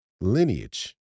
lineage